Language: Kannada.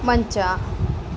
ಮಂಚ